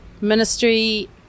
Ministry